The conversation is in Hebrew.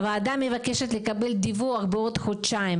הוועדה מבקשת לקבל דיווח בעוד חודשיים